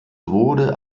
wurde